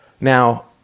Now